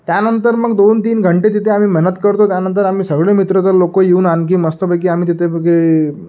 त्यानंतर मग दोन तीन घंटे तिथे आम्ही मेहनत करतो त्यानंतर आम्ही सगळे मित्रच लोकं येऊन आणखी मस्तपैकी आम्ही तिथे पैकी